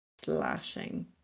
slashing